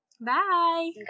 Bye